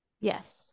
Yes